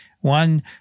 one